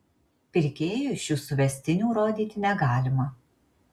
pirkėjui šių suvestinių rodyti negalima